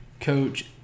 coach